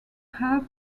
have